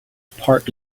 part